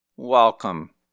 Welcome